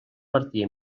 martí